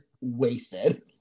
wasted